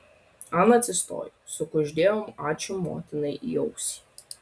ana atsistojo sukuždėjo ačiū motinai į ausį